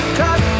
cut